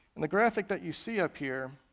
and the graphic that you see up here